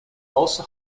also